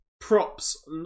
props